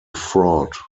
fraud